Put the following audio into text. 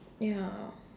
ya